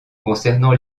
concernant